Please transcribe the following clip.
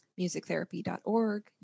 musictherapy.org